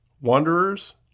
wanderers